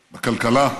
בכלכלה,